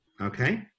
Okay